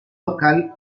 local